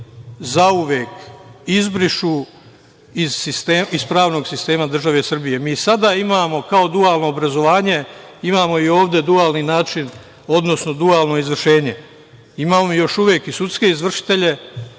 zauvek izbrišu iz pravnog sistema države Srbije, mi sada imamo kao dualno obrazovanje, imamo i ovde dualni način, odnosno dualno izvršenje. Imamo još uvek i sudske izvršitelje